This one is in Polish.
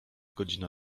godzina